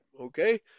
Okay